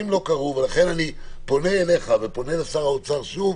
אני פונה אליך שוב,